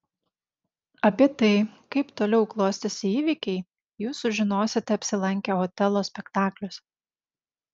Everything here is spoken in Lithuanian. apie tai kaip toliau klostėsi įvykiai jūs sužinosite apsilankę otelo spektakliuose